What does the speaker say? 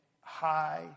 high